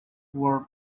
were